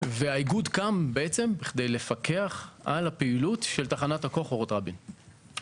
והאיגוד קם כדי לפקח על הפעילות של תחנת הכוח אורות רבין.